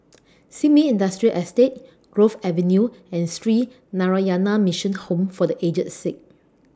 Sin Ming Industrial Estate Grove Avenue and Sree Narayana Mission Home For The Aged Sick